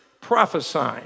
prophesying